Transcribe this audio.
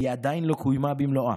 והיא עדיין לא קוימה במלואה.